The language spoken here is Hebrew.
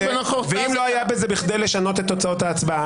ואם לא היה בזה כדי לשנות את תוצאות ההצבעה,